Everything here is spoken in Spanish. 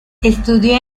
estudió